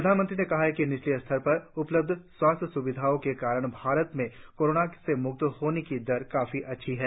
प्रधानमंत्री ने कहा कि निचले स्तर पर उपलब्ध स्वास्थ्य स्विधाओं के कारण भारत में कोरोना से म्क्त होने की दर काफी अच्छी है